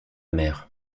mer